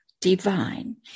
Divine